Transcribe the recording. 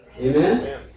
Amen